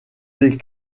des